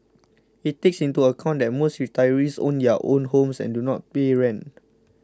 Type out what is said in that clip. it takes into account that most retirees own their own homes and do not pay rent